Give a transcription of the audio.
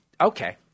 Okay